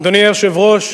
אדוני היושב-ראש,